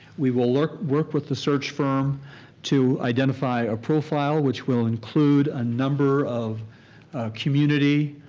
we will work work with the search firm to identify a profile, which will include a number of community,